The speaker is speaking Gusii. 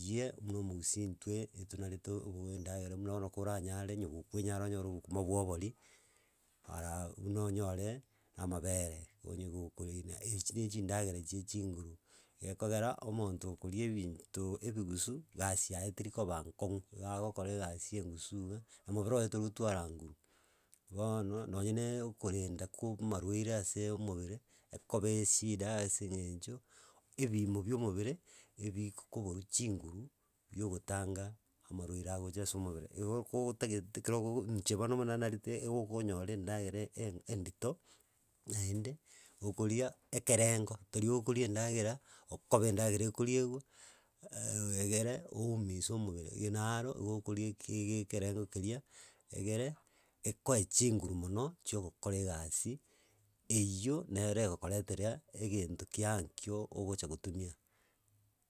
Iye, buna omogusii intwe etonarenete obuya bwa endagera, muna bono koranyare onye gokwenyara onyore obokuma bwa obori, ara buna onyore, amabere onye gokori na echi na chindagera chia echinguru, gekogera omonto okoria ebinto ebigusu gasi yaye teri koba nkong'u, iga agokora egasi engusu iga na mobere oye tori gotwara nguru. Bono nonye naaa okorenda ku amarwaire ase omobere, ekoba eshida, ase eng'encho, ebiimo bia omobere, ebikokoborwa chinguru, bia ogotanga amarwaire agocha ase omobere. Igo kotagete kero ogo inche bono buna narete egogonyore endagera eh endito, naende gokoria ekerengo, tari okoria endagera okoba endagera ekoriewa egere oumise omobere, ege naro igo okoria eki gekerengo keria, egere ekoe chinguru mono chia ogokora egasi, eywo nero egokoretera, egento kia nkio ogocha gotumia.